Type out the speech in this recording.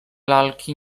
lalki